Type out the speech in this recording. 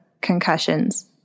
concussions